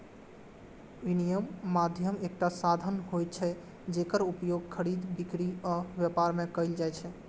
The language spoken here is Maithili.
विनिमय माध्यम एकटा साधन होइ छै, जेकर उपयोग खरीद, बिक्री आ व्यापार मे कैल जाइ छै